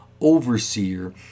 overseer